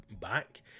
back